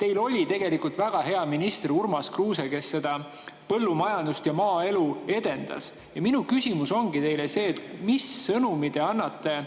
teil oli tegelikult väga hea minister Urmas Kruuse, kes põllumajandust ja maaelu edendas. Minu küsimus ongi teile see: mis sõnumi te annate